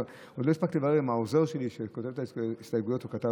עוד לא הספקתי לברר עם העוזר שלי שכותב את ההסתייגויות אם הוא כתב